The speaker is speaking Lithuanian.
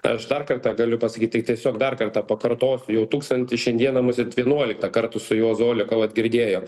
aš dar kartą galiu pasakyt tai tiesiog dar kartą pakartosiu jau tūkstantį šiandieną musėt vienuoliktą kartu su juozo oleko vat girdėjot